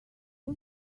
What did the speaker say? was